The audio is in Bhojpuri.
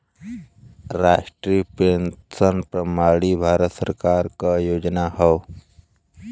राष्ट्रीय पेंशन प्रणाली भारत सरकार क योजना हौ